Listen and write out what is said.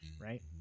Right